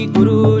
Guru